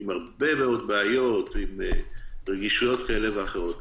שהם עם הרבה מאוד בעיות ורגישויות כאלה ואחרות.